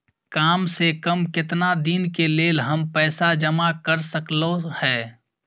काम से कम केतना दिन के लेल हम पैसा जमा कर सकलौं हैं?